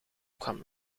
komt